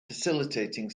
facilitating